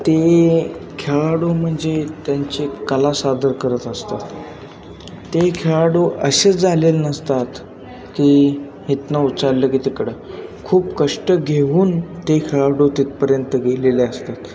ते खेळाडू म्हणजे त्यांचे कला सादर करत असतात ते खेळाडू असे झालेलं नसतात की इथनं उचललं की तिकडं खूप कष्ट घेऊन ते खेळाडू तिथपर्यंत गेलेले असतात